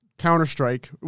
Counter-Strike